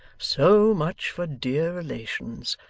so much for dear relations.